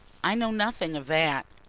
i know nothing of that.